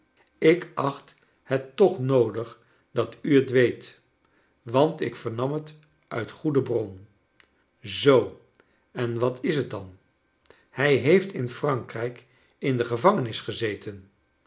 ik acht het toch noodig dat u het weet want ik vernam het uit goede bron zoo en wat is het dan hij heeft in frankrijk in de gevangenis gezeten